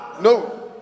No